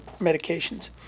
medications